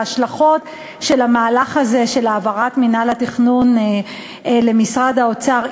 להשלכות של המהלך הזה של העברת מינהל התכנון למשרד האוצר,